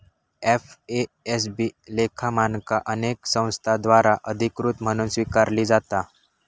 FASB लेखा मानका अनेक संस्थांद्वारा अधिकृत म्हणून स्वीकारली जाता